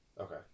Okay